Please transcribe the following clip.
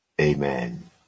Amen